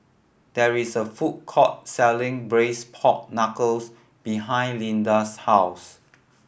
there is a food court selling braised pork knuckles behind Lida's house